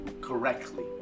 correctly